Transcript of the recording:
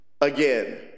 again